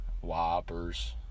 whoppers